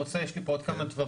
יש לי פה עוד כמה דברים.